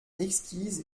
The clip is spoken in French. exquise